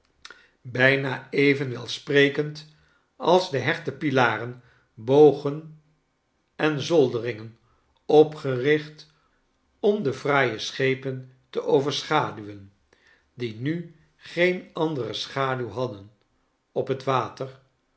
bijna even welsprekend als de hechte pilaren bogen en zolderingen opgericht om de fraaie schepen te overschaduwen die nu geen andere schaduw hadden op het water